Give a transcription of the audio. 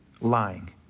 Lying